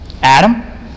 Adam